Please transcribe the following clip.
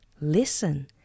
listen